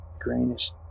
Greenish